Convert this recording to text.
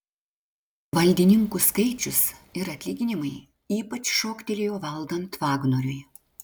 valdininkų skaičius ir atlyginimai ypač šoktelėjo valdant vagnoriui